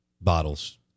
bottles